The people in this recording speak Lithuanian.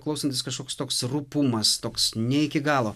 klausantis kažkoks toks rupumas toks ne iki galo